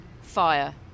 fire